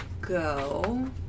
go